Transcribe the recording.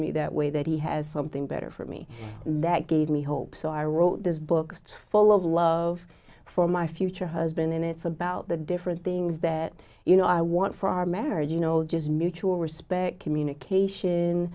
me that way that he has something better for me that gave me hope so i wrote this book full of love for my future husband and it's about the different things that you know i want for our marriage you know just mutual respect communication